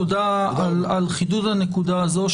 תודה על חידוד הנקודה הזו,